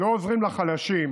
לא עוזרים לחלשים,